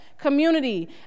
Community